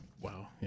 Wow